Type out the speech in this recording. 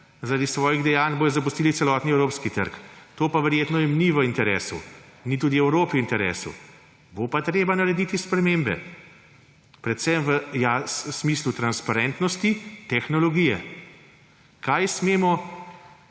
zaradi svojih dejanj, bodo zapustili celoten evropski trg. To pa jim verjetno ni v interesu, ni tudi Evropi v interesu. Bo pa treba narediti spremembe, predvsem v smislu transparentnosti tehnologije, kaj smemo